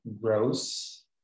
gross